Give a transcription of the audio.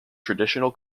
traditional